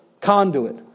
conduit